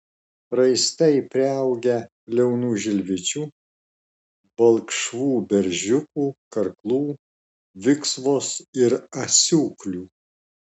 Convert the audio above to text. raistai priaugę liaunų žilvičių balkšvų beržiukų karklų viksvos ir asiūklių